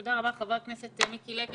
תודה רבה, חבר הכנסת מיקי לוי.